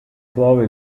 prove